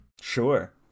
Sure